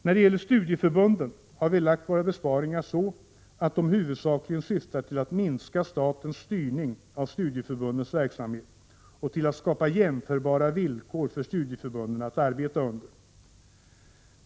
När det gäller studieförbunden har vi lagt våra besparingar så, att de huvudsakligen syftar till att minska statens styrning av studieförbundens verksamhet och till att skapa jämförbara villkor för studieförbunden att arbeta under.